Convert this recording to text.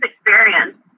experience